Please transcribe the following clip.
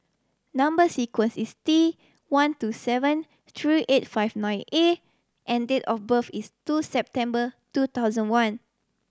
number sequence is T one two seven three eight five nine A and date of birth is two September two thousand one